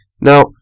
Now